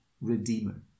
redeemer